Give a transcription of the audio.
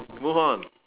move on